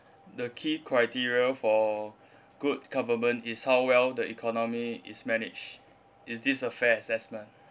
the key criteria for good government is how well the economy is managed is this a fair assessment